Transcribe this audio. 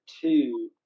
two